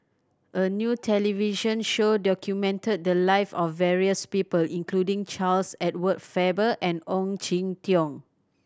a new television show documented the life of various people including Charles Edward Faber and Ong Jin Teong